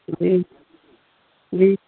जी जी